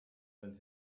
than